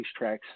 racetracks